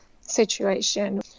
situation